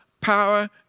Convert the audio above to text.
power